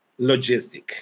Logistic